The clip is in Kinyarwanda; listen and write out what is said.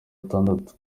gatandatu